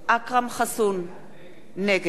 נגד יואל חסון,